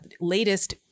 latest